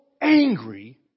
angry